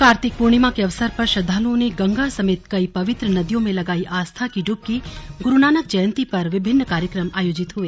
कार्तिक प्रर्णिमा के अवसर पर श्रद्वालुओं ने गंगा समेत कई पवित्र नदियों में लगाई आस्था की डुबकीगुरुनानक जयंती पर विभिन्न कार्यक्रम आयोजित हुए